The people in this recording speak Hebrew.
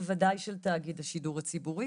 ובוודאי של תאגיד השידור הציבורי